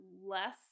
less